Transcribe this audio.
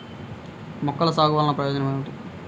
మొలకల సాగు వలన ప్రయోజనం ఏమిటీ?